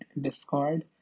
Discord